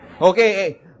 Okay